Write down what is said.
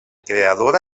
creadora